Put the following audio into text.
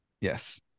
Yes